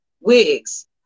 wigs